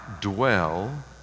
dwell